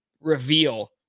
reveal